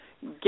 get